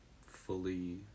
fully